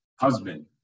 husband